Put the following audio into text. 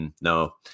no